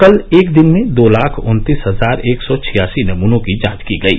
कल एक दिन में दो लाख उत्तीस हजार एक सौ छियासी नमूनों की जांच की गयी